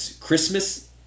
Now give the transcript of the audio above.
Christmas